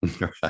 Right